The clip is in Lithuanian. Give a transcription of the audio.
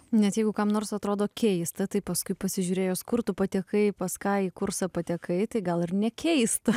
nes jeigu kam nors atrodo keista tai paskui pasižiūrėjus kur tu patekai pas ką į kursą patekai tai gal ir nekeista